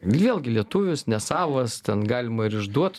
vėlgi lietuvis nesavas ten galima ir išduot